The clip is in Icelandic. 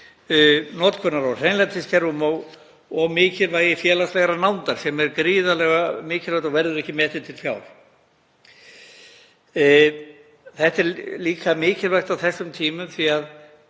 notkun á hreinlætiskerfum og mikilvægi félagslegrar nándar sem er gríðarlega mikilvæg og verður ekki metin til fjár. Þetta er líka mikilvægt á þessum tímum því að